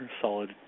solid